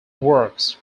works